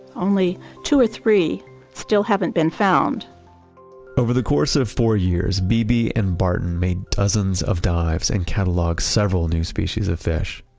only two or three still haven't been found over the course of four years, beebe and barton made dozens of dives and cataloged several new species of fish.